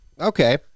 Okay